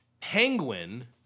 penguin